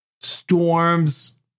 Storms